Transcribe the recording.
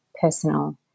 personal